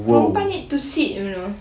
perempuan need to sit you know